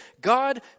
God